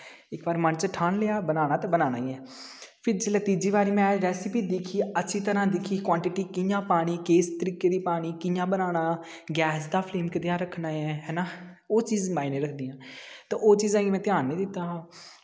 इक बार मन च ठान लेआ बनाना ते बनाना ई ऐ फ्ही तीजी बारी में रैसिपी दिक्खी अच्छी तरां दिक्खी कोआंटटी कियां पानी किस तरीके दी पानी कियां बनाना फेस दा फ्लेम कनेहा रक्खना ऐ हैना ओह् चीज माईने रक्खदियां ते ओह् चीजां गी में ध्यान नी दित्ता हा